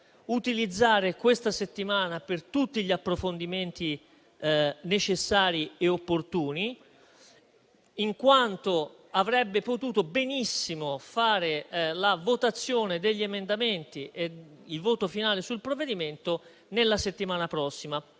utilizzare questa settimana per tutti gli approfondimenti necessari e opportuni, in quanto avrebbe potuto benissimo passare alla votazione degli emendamenti e al voto finale sul provvedimento la prossima